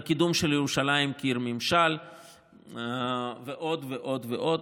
בקידום של ירושלים כעיר ממשל ועוד ועוד ועוד,